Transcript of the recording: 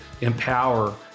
empower